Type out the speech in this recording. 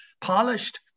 polished